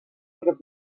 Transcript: would